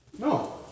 No